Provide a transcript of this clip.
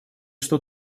что